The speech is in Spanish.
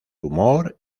humor